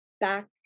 back